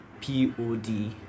P-O-D